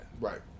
right